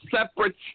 separate